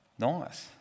nice